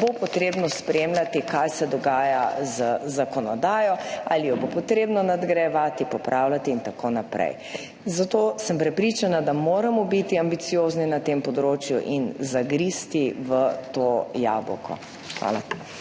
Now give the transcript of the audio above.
bo potrebno spremljati, kaj se dogaja z zakonodajo, ali jo bo potrebno nadgrajevati, popravljati in tako naprej. Zato sem prepričana, da moramo biti ambiciozni na tem področju in zagristi v to jabolko. Hvala.